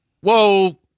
whoa